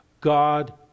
God